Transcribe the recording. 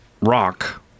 rock